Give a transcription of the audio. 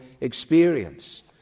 experience